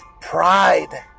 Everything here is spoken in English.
pride